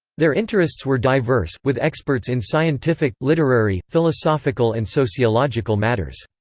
their interests were diverse, with experts in scientific, literary, philosophical and sociological matters.